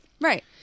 right